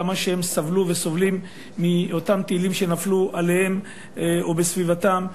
כמה שהם סבלו וסובלים מאותם טילים שנפלו עליהם או בסביבתם,